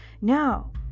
Now